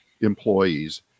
employees